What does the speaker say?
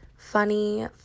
Funny